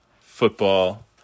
football